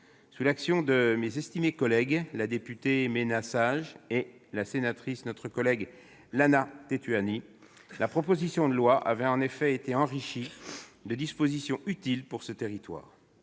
Sous l'action de mes estimées collègues la députée Maina Sage et la sénatrice Lana Tetuanui, la proposition de loi avait en effet été enrichie de dispositions utiles pour ce territoire.